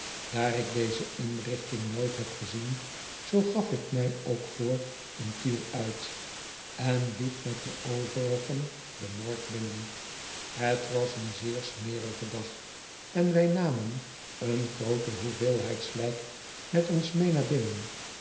daar ik deze inrichting nooit heb gezien zoo gaf ik mij ook voor een kiel uit en liep met de overigen de morgue binnen het was een zeer smerige dag en wij namen een groote hoeveelheid slijk met ons mee naar binnen